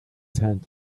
sand